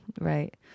right